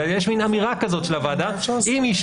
אלא יש מן אמירה כזאת של הוועדה: אם א',